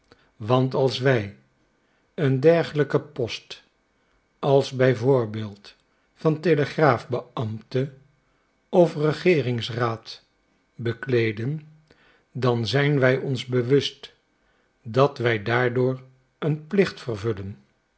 want als wij een derglijken post als b v van telegraafbeambte of regeeringsraad bekleeden dan zijn wij ons bewust dat wij daardoor een plicht vervullen